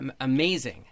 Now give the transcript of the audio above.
Amazing